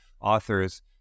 authors